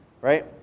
right